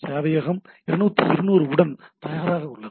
சேவையகம் 220 உடன் தயாராக உள்ளது